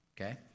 Okay